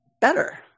better